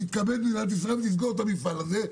תתכבד מדינת ישראל ותסגור את המפעל הזה,